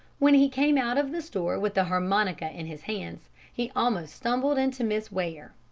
when he came out of the store with the harmonica in his hands, he almost stumbled into miss ware.